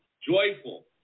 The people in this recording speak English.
joyful